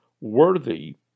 worthy